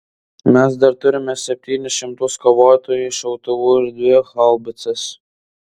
mes dar turime septynis šimtus kovotojų šautuvų ir dvi haubicas